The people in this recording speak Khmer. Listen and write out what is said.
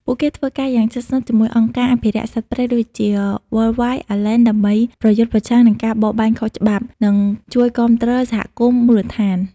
ពួកគេធ្វើការយ៉ាងជិតស្និទ្ធជាមួយអង្គការអភិរក្សសត្វព្រៃដូចជា Wildlife Alliance ដើម្បីប្រយុទ្ធប្រឆាំងនឹងការបរបាញ់ខុសច្បាប់ និងជួយគាំទ្រសហគមន៍មូលដ្ឋាន។